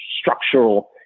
structural